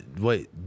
Wait